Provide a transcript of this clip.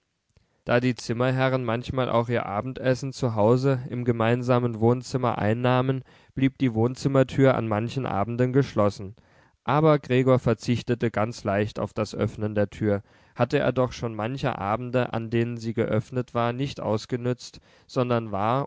da die zimmerherren manchmal auch ihr abendessen zu hause im gemeinsamen wohnzimmer einnahmen blieb die wohnzimmertür an manchen abenden geschlossen aber gregor verzichtete ganz leicht auf das öffnen der tür hatte er doch schon manche abende an denen sie geöffnet war nicht ausgenützt sondern war